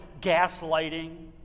gaslighting